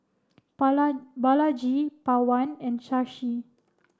Bala Balaji Pawan and Shashi